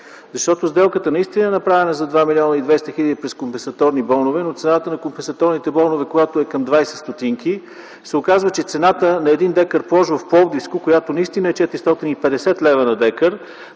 Защото сделката наистина е направена за 2 млн. 200 хил. през компенсаторни бонове. При цена на компенсаторните бонове, която е към 20 стотинки се оказва, че цената на 1 декар площ в Пловдивско, която наистина е 450 лв. на декар,